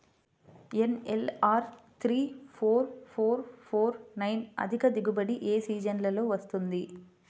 NLR three four four four nine అధిక దిగుబడి ఏ సీజన్లలో వస్తుంది?